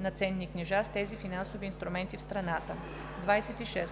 на ценни книжа с тези финансови инструменти в страната. 26.